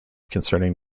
concerning